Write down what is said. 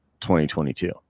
2022